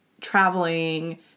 traveling